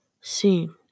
seen